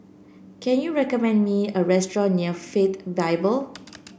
can you recommend me a restaurant near Faith Bible